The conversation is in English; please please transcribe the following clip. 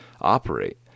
operate